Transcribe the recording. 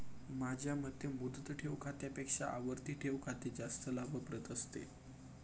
माझ्या मते मुदत ठेव खात्यापेक्षा आवर्ती ठेव खाते जास्त लाभप्रद असतं